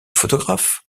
photographe